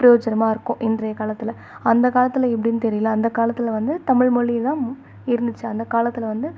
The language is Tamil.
பிரோஜனமாக இருக்கும் இன்றைய காலத்தில் அந்த காலத்தில் எப்படின்னு தெரியல அந்த காலத்தில் வந்து தமிழ்மொழிதான் இருந்துச்சு அந்த காலத்தில் வந்து